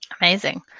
amazing